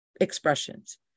expressions